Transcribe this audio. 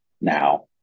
Now